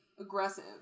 aggressive